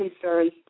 concerns